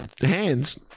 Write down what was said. hands